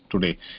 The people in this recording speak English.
today